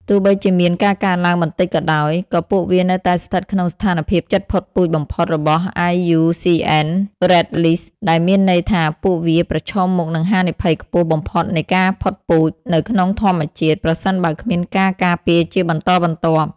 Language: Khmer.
ទោះបីជាមានការកើនឡើងបន្តិចក៏ដោយ ក៏ពួកវានៅតែស្ថិតក្នុងស្ថានភាពជិតផុតពូជបំផុត របស់ IUCN Red List ដែលមានន័យថាពួកវាប្រឈមមុខនឹងហានិភ័យខ្ពស់បំផុតនៃការផុតពូជនៅក្នុងធម្មជាតិ ប្រសិនបើគ្មានការការពារជាបន្តបន្ទាប់។